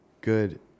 good